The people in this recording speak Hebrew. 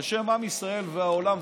בשם עם ישראל והעולם והאנושות.